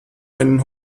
einen